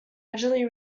gradually